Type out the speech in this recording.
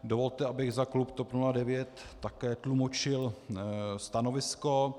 Dovolte, abych za klub TOP 09 také tlumočil stanovisko.